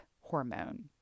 hormone